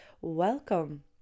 welcome